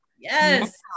yes